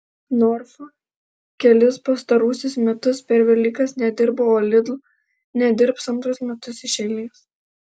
norfa kelis pastaruosius metus per velykas nedirbo o lidl nedirbs antrus metus iš eilės